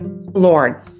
lord